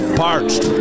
parched